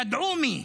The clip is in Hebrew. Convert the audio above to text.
ידעו מי,